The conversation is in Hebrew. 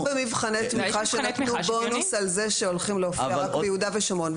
היו מבחני תמיכה שנתנו בונוס על זה שהולכים להופיע רק ביהודה ושומרון,